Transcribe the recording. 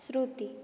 શ્રુતિ